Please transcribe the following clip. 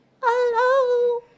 Hello